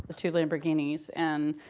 two lamborghinis. and